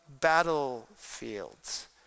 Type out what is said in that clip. battlefields